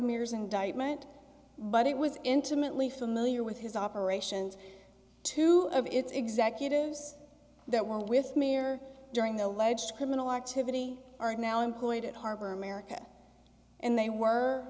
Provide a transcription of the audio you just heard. mir's indictment but it was intimately familiar with his operations two of its executives that one with mayor during the alleged criminal activity are now employed at harper america and they were